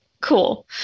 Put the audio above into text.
cool